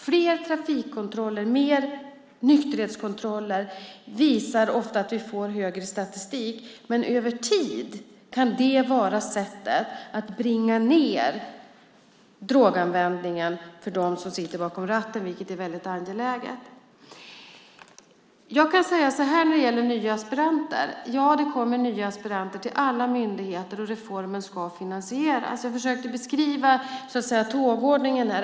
Fler trafikkontroller, fler nykterhetskontroller, visar ofta högre tal i statistiken, men över tid kan det vara sättet att bringa ned droganvändningen bland dem som sätter sig bakom ratten, vilket är väldigt angeläget. När det gäller nya aspiranter kan jag säga följande: Ja, det kommer nya aspiranter till alla myndigheter, och reformen ska finansieras. Jag försökte tidigare beskriva tågordningen.